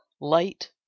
light